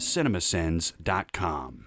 CinemaSins.com